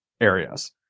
areas